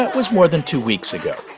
was more than two weeks ago.